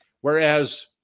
Whereas